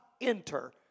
enter